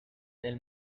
del